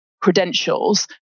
credentials